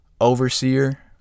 overseer